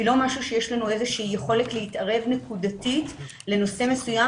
זה לא משהו שיש לנו איזושהי יכולת להתערב נקודתית לנושא מסוים